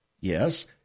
Yes